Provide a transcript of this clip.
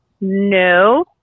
no